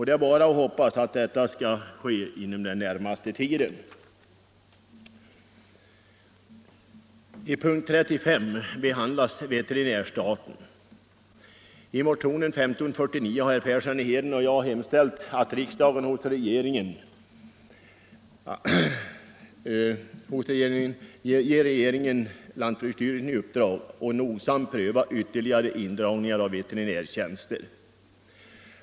Det är bara att hoppas att detta skall ske inom den närmaste tiden. Punkten 35 behandlar veterinärstaten. I motionen 1549 har herr Persson i Heden och jag hemställt att riksdagen hos regeringen anhåller om att lantbruksstyrelsen får i uppdrag att nogsamt pröva indragningen av veterinärtjänster.